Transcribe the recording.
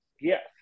Yes